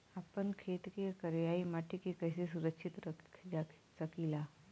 आपन खेत के करियाई माटी के कइसे सुरक्षित रख सकी ला?